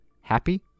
happy